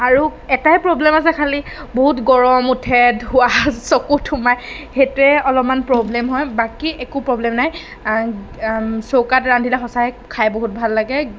আৰু এটাই প্ৰবলেম আছে খালী বহুত গৰম উঠে ধোঁৱা চকুত সোমায় সেইটোৱে অলপমান প্ৰবলেম হয় বাকী একো প্ৰবলেম নাই চৌকাত ৰান্ধিলে সঁচাই খাই বহুত ভাল লাগে